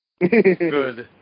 Good